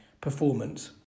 performance